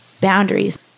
boundaries